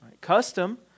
Custom